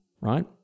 right